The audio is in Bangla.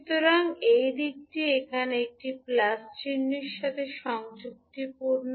সুতরাং দিকটি এখানে একটি প্লাস চিহ্নের সাথে সঙ্গতিপূর্ণ